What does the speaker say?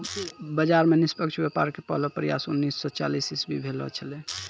बाजार मे निष्पक्ष व्यापार के पहलो प्रयास उन्नीस सो चालीस इसवी भेलो छेलै